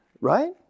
right